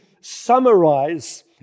summarize